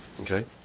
Okay